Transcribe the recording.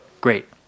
Great